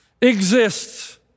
exists